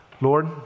Lord